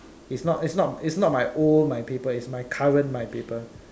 is not is not is not my old my paper is my current my paper